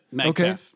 Okay